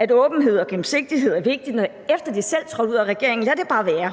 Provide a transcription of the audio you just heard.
at åbenhed og gennemsigtighed er vigtigt, efter de selv trådte ud af regeringen. For hvis vi kan være